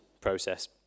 process